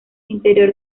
interior